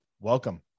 welcome